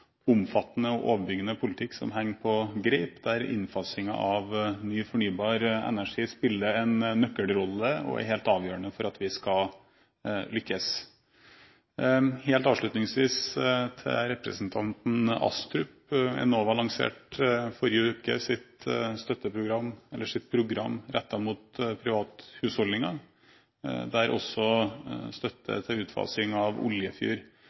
omfattende og overbyggende politikk som henger på greip, der innfasingen av ny fornybar energi spiller en nøkkelrolle og er helt avgjørende for at vi skal lykkes. Helt avslutningsvis til representanten Astrup: Enova lanserte forrige uke sitt program rettet mot private husholdninger. Også støtte til utfasing av